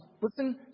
Listen